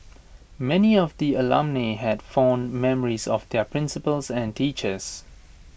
many of the alumnae had fond memories of their principals and teachers